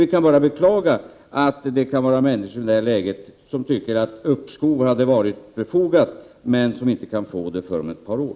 Vi kan bara beklaga människor, som i detta läge kan tycka att uppskov hade varit befogat men som inte kan få det förrän om ett par år.